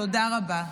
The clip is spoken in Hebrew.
תודה רבה.